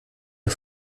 der